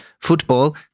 football